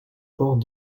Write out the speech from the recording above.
port